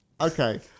Okay